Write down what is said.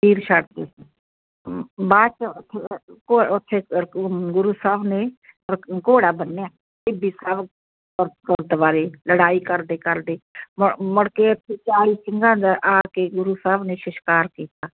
ਤੀਰ ਛੱਡਦੇ ਬਾਅਦ 'ਚ ਉੱਥੇ ਗੁਰੂ ਸਾਹਿਬ ਨੇ ਘੋੜਾ ਬੰਨਿਆ ਟਿੱਬੀ ਸਾਹਿਬ ਗੁਰਦੁਆਰੇ ਲੜਾਈ ਕਰਦੇ ਕਰਦੇ ਮੁੜ ਮੁੜ ਕੇ ਇੱਥੇ ਚਾਲ੍ਹੀ ਸਿੰਘਾਂ ਦਾ ਆ ਕੇ ਗੁਰੂ ਸਾਹਿਬ ਨੇ ਸਸਕਾਰ ਕੀਤਾ